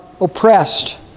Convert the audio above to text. oppressed